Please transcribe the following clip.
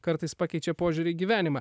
kartais pakeičia požiūrį į gyvenimą